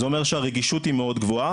זה אומר שהרגישות היא מאוד גבוהה.